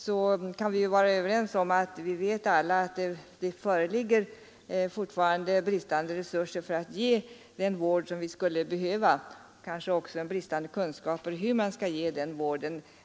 Vi vet ju alla att det fortfarande föreligger bristande resurser att ge den vård som skulle behövas och kanske också bristande kunskaper om hur man skall ge den vården.